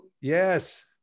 Yes